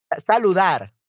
Saludar